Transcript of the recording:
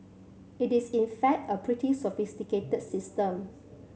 it is in fact a pretty sophisticated system